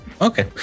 Okay